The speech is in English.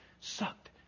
sucked